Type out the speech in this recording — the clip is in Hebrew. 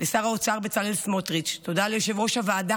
לשר האוצר בצלאל סמוטריץ'; תודה ליושב-ראש ועדת